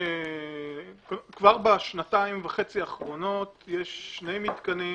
כבר בשנתיים וחצי האחרונות יש שני מתקנים